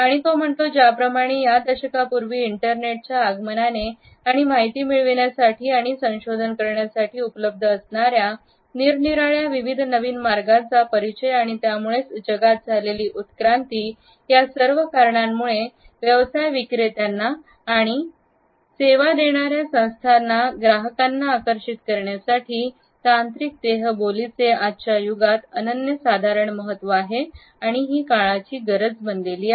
आणि तो म्हणतो ज्याप्रमाणे या दशकापूर्वी इंटरनेटच्या आगमनाने आणि माहिती मिळविण्यासाठी आणि संशोधन करण्यासाठी उपलब्ध असणाऱ्या निरनिराळ्या विविध नवीन मार्गांचा परिचय आणि त्यामुळेच जगात झालेली उत्क्रांती या सर्व कारणांमुळे व्यवसाय विक्रेत्यांना आणि आणि आणि सेवा देणाऱ्या संस्थांना ग्राहकांना आकर्षित करण्यासाठी तांत्रिक देहबोली चे आजच्या युगात अनन्यसाधारण महत्त्व आहे आणि काळाची गरज बनलेली आहे